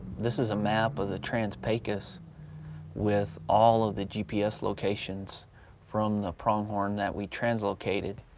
this is a map of the trans-pecos with all of the gps locations from the pronghorn that we translocated.